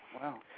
Wow